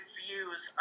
views